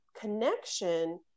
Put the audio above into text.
connection